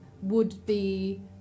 would-be